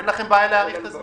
אין לכם בעיה להאריך את הזמן?